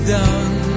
done